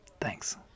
Thanks